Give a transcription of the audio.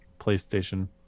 PlayStation